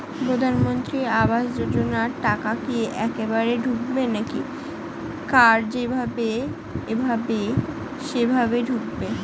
প্রধানমন্ত্রী আবাস যোজনার টাকা কি একবারে ঢুকবে নাকি কার যেভাবে এভাবে সেভাবে ঢুকবে?